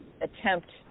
attempt